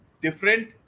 different